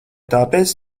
tāpēc